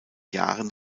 jahren